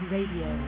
Radio